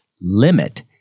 limit